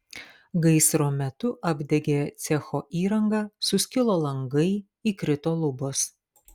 gaisro metu apdegė cecho įranga suskilo langai įkrito lubos